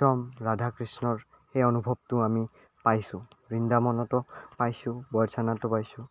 ৰাধা কৃষ্ণৰ সেই অনুভৱটো আমি পাইছোঁ বৃন্দাবনতো পাইছোঁ বৰচানাতো পাইছোঁ